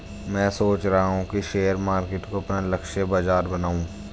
मैं सोच रहा हूँ कि शेयर मार्केट को अपना लक्ष्य बाजार बनाऊँ